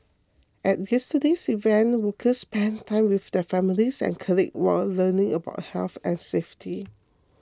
at yesterday's event workers spent time with their families and colleagues while learning about health and safety